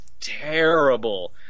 terrible